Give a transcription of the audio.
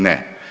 Ne.